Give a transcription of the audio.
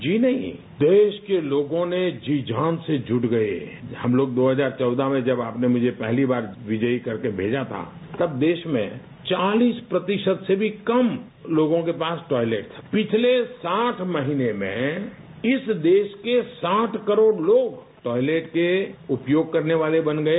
जी नहीं देश के लोगों ने जी जान से जुट गये हम लोग दो हजार चौदह में जब आपने मुझे पहली बार विजयी करके भेजा था तब देश में चालीस प्रतिशत से भी कम लोगों के पास टॉयलट था पिछले साठ महीने में इस देश के साठ करोड़ लोग टॉयलट के उपयोग करने वाले बन गये